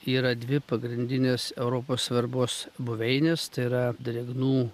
yra dvi pagrindinės europos svarbos buveinės tai yra drėgnų